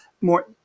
more